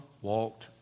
walked